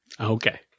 Okay